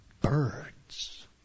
birds